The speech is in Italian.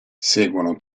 seguono